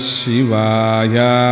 Shivaya